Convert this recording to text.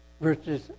versus